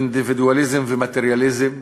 אינדיבידואליזם ומטריאליזם,